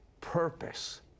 purpose